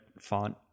font